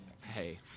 hey